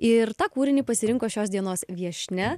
ir tą kūrinį pasirinko šios dienos viešnia